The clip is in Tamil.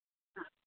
ஆ